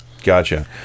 gotcha